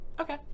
Okay